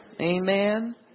Amen